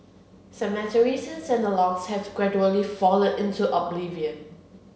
cemeteries and have gradually fallen into oblivion